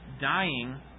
dying